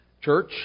church